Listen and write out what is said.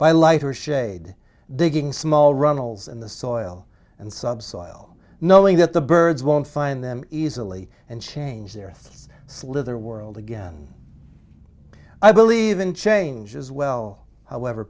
by lighter shade digging small runnels in the soil and subsoil knowing that the birds won't find them easily and change their throats slit their world again i believe in change as well however